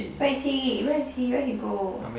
where is he where is he where he go